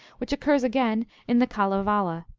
which occurs again in the kalevala.